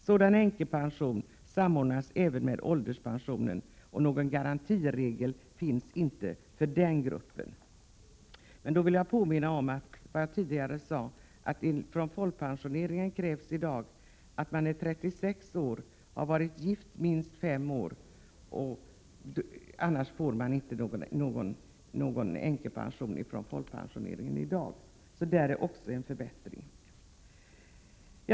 Sådan änkepension samordnas även med ålderspensionen, och någon garantiregel finns inte för den gruppen. Jag vill i detta sammanhang påminna om vad jag tidigare sade: för att få änkepension från folkpensioneringen krävs i dag att man är minst 36 år och har varit gift minst fem år, annars får man inte någon änkepension från folkpensioneringen. Också på den punkten innebär förslaget en förbättring.